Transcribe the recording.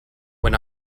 when